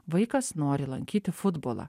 vaikas nori lankyti futbolą